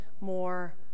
more